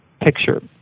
picture